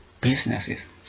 businesses